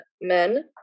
men